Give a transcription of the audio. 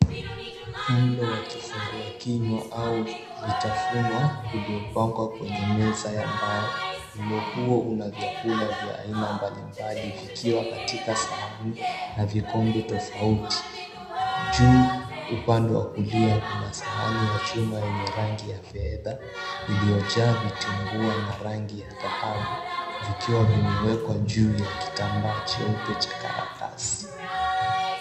Mlo wa kifunguakinywa au vitafunwa uliopangwa kwenye meza ya mbao. Mlo huo una vyakula vya aina mbali mbali vikiwa katika sahani na vikombe tofauti. Juu upande wa kulia, kuna sahani ya chuma yenye rangi ya fedha iliyojaa vitumbua na rangi ya dhahabu vikiwa vimewekwa juu ya kitambaa cheupe cha karatasi.